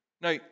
Now